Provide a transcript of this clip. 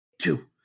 two